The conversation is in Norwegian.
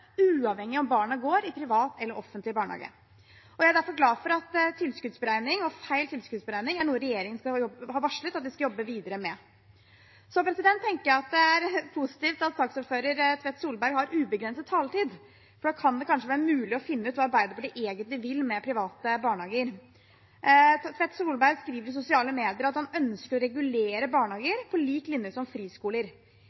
uavhengig av om barna går i privat eller offentlig barnehage. Jeg er derfor glad for at tilskuddsberegning, og feil tilskuddsberegning, er noe regjeringen har varslet at de skal jobbe videre med. Så tenker jeg det er positivt at saksordfører Tvedt Solberg har ubegrenset taletid, for da kan det kanskje være mulig å finne ut hva Arbeiderpartiet egentlig vil med private barnehager. Representanten Tvedt Solberg skriver i sosiale medier at han ønsker å regulere barnehager